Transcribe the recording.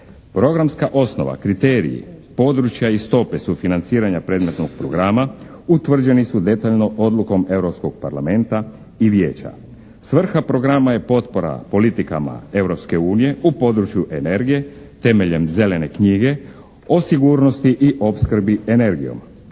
Programska osnova, kriteriji, područja i stope sufinanciranja predmetnog programa utvrđeni su detaljno odlukom Europskog parlamenta i vijeća. Svrha programa je potpora politikama Europske unije u području energije temeljem zelene knjige o sigurnosti i opskrbi energijom,